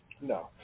No